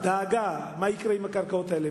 דאגה מה יקרה עם הקרקעות האלה.